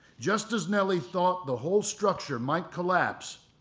just as nelly thought the whole structure might collapse,